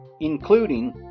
including